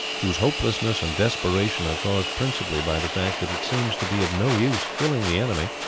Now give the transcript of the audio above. whose hopelessness and desperation are caused principally by the fact that it seems to be of no use killing the enemy,